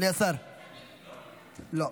לא.